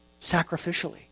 sacrificially